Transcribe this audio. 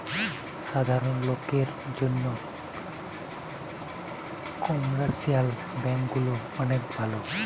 সাধারণ লোকের জন্যে কমার্শিয়াল ব্যাঙ্ক গুলা অনেক ভালো